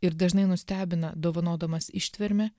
ir dažnai nustebina dovanodamas ištvermę